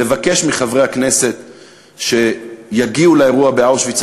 ולבקש מחברי הכנסת שיגיעו לאירוע באושוויץ,